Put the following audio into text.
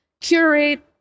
curate